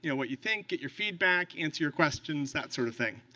you know what you think, get your feedback, answer your questions, that sort of thing.